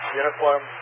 uniform